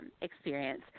experience